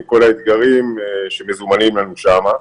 עם כל האתגרים שמזומנים לנו שם,